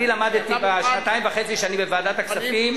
אני למדתי בשנתיים וחצי שאני בוועדת הכספים,